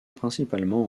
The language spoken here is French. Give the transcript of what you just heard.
principalement